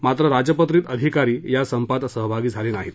मात्र राजपत्रित अधिकारी या संपात सहभागी नाहीत